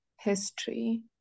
history